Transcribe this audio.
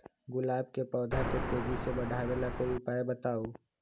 गुलाब के पौधा के तेजी से बढ़ावे ला कोई उपाये बताउ?